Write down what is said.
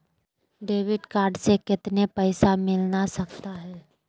Debit card से कितने पैसे मिलना सकता हैं?